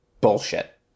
bullshit